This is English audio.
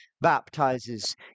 baptizes